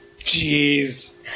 Jeez